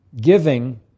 giving